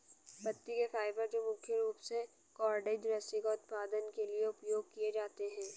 पत्ती के फाइबर जो मुख्य रूप से कॉर्डेज रस्सी का उत्पादन के लिए उपयोग किए जाते हैं